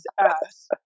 ass